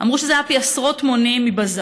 אמרו שזה היה פי עשרות מונים מבז"ן,